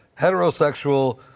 heterosexual